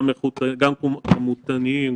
גם כמותניים,